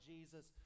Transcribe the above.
Jesus